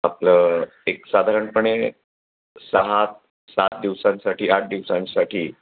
आपलं एक साधारणपणे सहा सात दिवसांसाठी आठ दिवसांसाठी